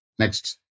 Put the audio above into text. Next